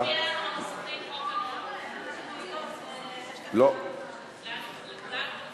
(אמצעים לאכיפת תשלום מסים ולהרתעה מפני הלבנת הון) (תיקוני חקיקה),